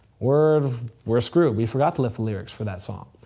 we're we're screwed. we forgot to lift the lyrics for that song.